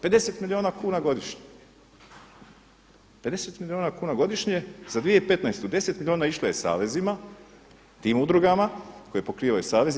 50 milijuna kuna godišnje, 50 milijuna kuna godišnje za 2015. 10 milijuna išlo je savezima, tim udrugama koje pokrivaju savezi.